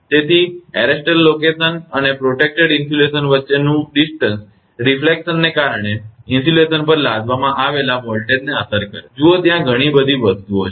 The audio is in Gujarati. તેથી એરેસ્ટર સ્થાન અને સંરક્ષિત ઇન્સ્યુલેશન વચ્ચેનું અંતર રિફ્લેક્શન્સને કારણે ઇન્સ્યુલેશન પર લાદવામાં આવેલા વોલ્ટેજને અસર કરે છે જુઓ ત્યાં ઘણી વસ્તુઓ છે